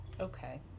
Okay